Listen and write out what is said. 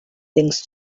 things